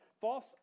false